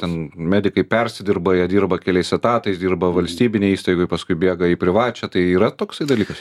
ten medikai persidirba jie dirba keliais etatais dirba valstybinėj įstaigoj paskui bėga į privačią tai yra toksai dalykas